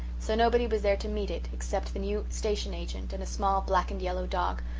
so nobody was there to meet it except the new station agent and a small black-and-yellow dog,